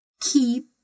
keep